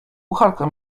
kucharka